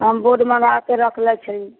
हम बोर्ड मँगाए कऽ रखले छै